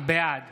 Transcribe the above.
בעד